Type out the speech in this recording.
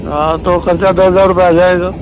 हाँ तो ख़र्चा दस हज़ार रुपया आ जाएगा